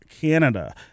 Canada